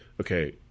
okay